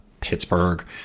Pittsburgh